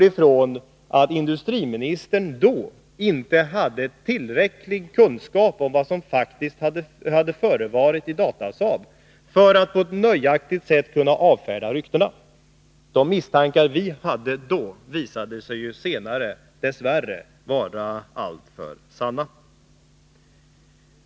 Men industriministern hade då inte tillräcklig kunskap om vad som faktiskt hade förevarit i Datasaab för att på ett nöjaktigt sätt kunna avfärda ryktena. De misstankar vi hade då visade sig ju senare dess värre vara alltför sanna.